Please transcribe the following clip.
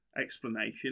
explanation